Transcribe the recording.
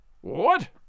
What